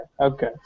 okay